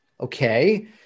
okay